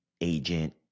agent